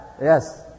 Yes